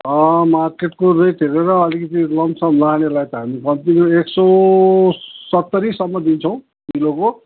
मार्केटको rate हेरेर अलिकिति lump sum लानेलाई त हामी कम्ति नै एक सय सत्तरीसम्म दिन्छौँ किलो को